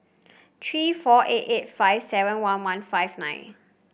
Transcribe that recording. three four eight eight five seven one one five nine